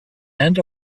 end